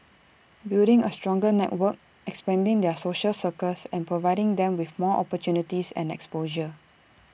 building A stronger network expanding their social circles and providing them with more opportunities and exposure